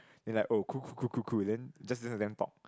then like oh cool cool cool cool then just let them talk